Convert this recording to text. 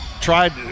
tried